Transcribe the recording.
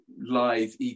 live